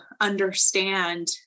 understand